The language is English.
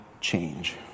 change